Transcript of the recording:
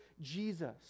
Jesus